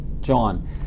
John